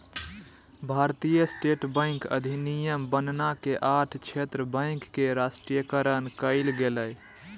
भारतीय state bank अधिनियम बनना के आठ क्षेत्र बैंक के राष्ट्रीयकरण कइल गेलय